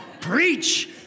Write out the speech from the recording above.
Preach